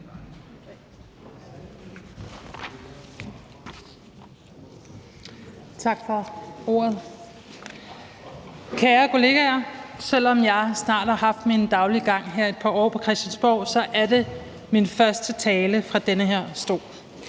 Tak for ordet. Kære kollegaer, selv om jeg snart har haft min daglige gang et par år på Christiansborg, er det min første tale fra den her stol.